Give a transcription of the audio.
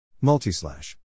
Multi-slash